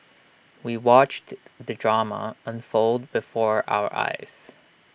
we watched the drama unfold before our eyes